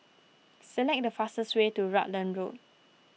select the fastest way to Rutland Road